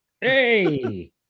Hey